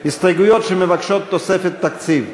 הסתייגויות שמבקשות תוספת תקציב.